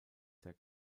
sehr